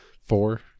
four